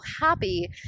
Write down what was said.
happy